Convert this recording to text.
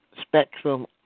spectrum